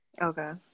okay